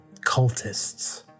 cultists